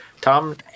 Tom